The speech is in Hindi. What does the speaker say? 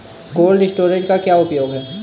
कोल्ड स्टोरेज का क्या उपयोग है?